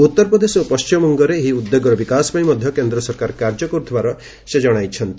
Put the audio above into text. ଉତ୍ତର ପ୍ରଦେଶ ଓ ପଶ୍ଚିମବଙ୍ଗରେ ଏହି ଉଦ୍ୟୋଗର ବିକାଶପାଇଁ ମଧ୍ୟ କେନ୍ଦ୍ର ସରକାର କାର୍ଯ୍ୟ କରୁଥିବା ସେ ଜଣାଇଛନ୍ତି